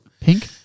Pink